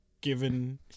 given